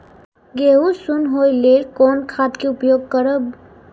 गेहूँ सुन होय लेल कोन खाद के उपयोग करब?